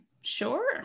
Sure